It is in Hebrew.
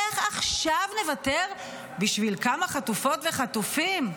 איך עכשיו נוותר בשביל כמה חטופות וחטופים?